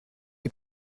est